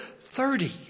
thirty